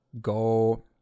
go